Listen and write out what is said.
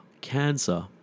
cancer